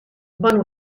bon